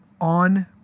on